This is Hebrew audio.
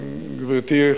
גברתי,